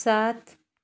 सात